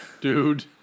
dude